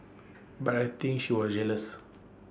but I think she was jealous